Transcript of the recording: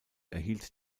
erhielt